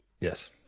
Yes